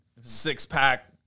six-pack